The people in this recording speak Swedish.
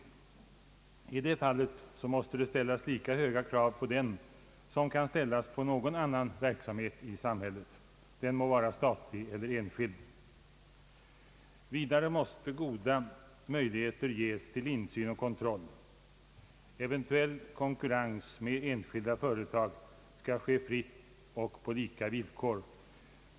I det fallet måste det ställas lika höga krav på den som kan ställas på någon annan verksamhet i samhället — den må vara statlig eller enskild. Vidare måste goda möjligheter ges till insyn och kontroll. Eventuell konkurrens med enskilda företag skall ske fritt och på lika villkor.